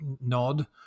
nod